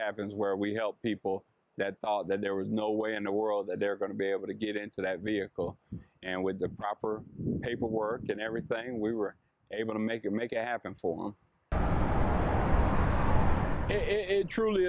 happens where we help people that thought that there was no way in the world that they're going to be able to get into that vehicle and with the proper paperwork and everything we were able to make it make it happen for them it truly